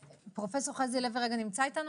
פרופסור חזי לוי נמצא איתנו